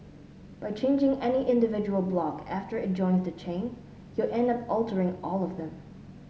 by changing any individual block after it joins the chain you'll end up altering all of them